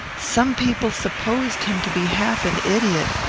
some people supposed him to be half an idiot,